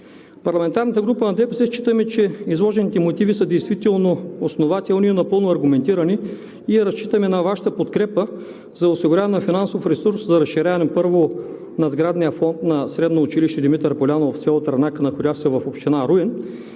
от парламентарната група на ДПС считаме, че изложените мотиви са действително основателни и напълно аргументирани и разчитаме на Вашата подкрепа за осигуряване на финансов ресурс за сградния фонд на Средно училище „Димитър Полянов“ в село Трънак, находящо се в община Руен,